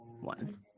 one